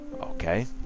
okay